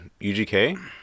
UGK